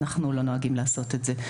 אנחנו לא נוהגים לעשות את זה.